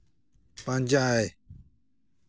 ᱯᱟᱸᱡᱟᱭ